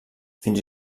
fins